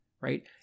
right